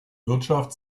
wirtschaft